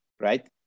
right